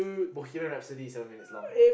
bohemian rhapsody is seven minutes long